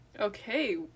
Okay